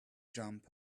jump